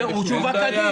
הוא שווק כדין.